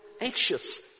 anxious